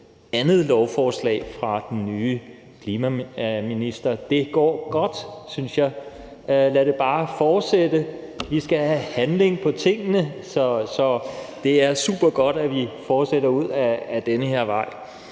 andet lovforslag fra den nye klimaminister. Det går godt, synes jeg. Lad det bare fortsætte. Vi skal have handling på tingene, så det er supergodt, at vi fortsætter ud ad den her vej.